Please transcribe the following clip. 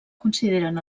consideren